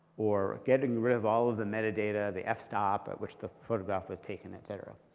or getting rid of all of the metadata, the f-stop at which the photograph was taken, et cetera.